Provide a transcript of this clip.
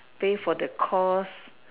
pay for the cost